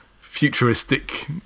futuristic